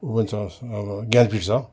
ऊ पनि छ अब ज्ञानपीठ छ